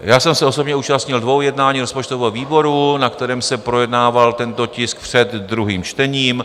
Já jsem se osobně účastnil dvou jednání rozpočtového výboru, na kterém se projednával tento tisk před druhým čtením.